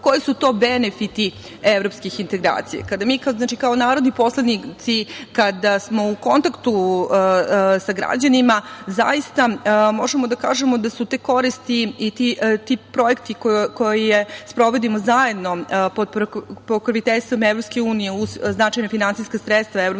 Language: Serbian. koji su to benefiti evropskih integracija. Mi, kao narodni poslanici, kada smo u kontaktu sa građanima zaista možemo da kažemo da su te koristi i ti projekti koje sprovodimo zajedno pod pokroviteljstvom EU u značajna finansijska sredstva EU, zaista